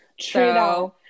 true